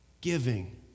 giving